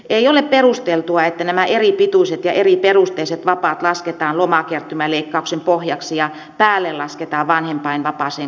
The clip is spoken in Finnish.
ei ole perusteltua että nämä eripituiset ja eriperusteiset vapaat lasketaan lomakertymäleikkauksen pohjaksi ja päälle lasketaan vanhempainvapaaseen kohdistuvat leikkaukset